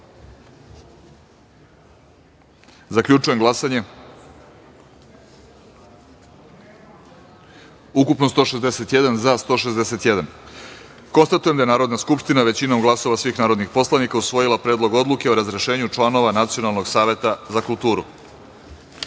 celini. Zaključujem glasanje: ukupno – 161, za – 161.Konstatujem da je Narodna skupština većinom glasova svih narodnih poslanika usvojila Predlog odluke o razrešenju članova Nacionalnog saveta za kulturu. Tačka